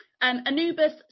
Anubis